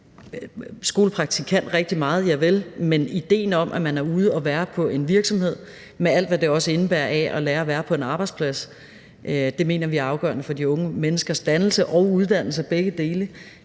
skolepraktik kan rigtig meget, nuvel, men idéen om, at man er ude at være på en virksomhed med alt, hvad det også indebærer af at lære at være på en arbejdsplads, mener vi er afgørende for de unge menneskers dannelse og uddannelse – begge dele